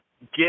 get